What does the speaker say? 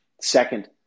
Second